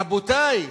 רבותי,